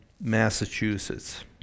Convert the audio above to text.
Massachusetts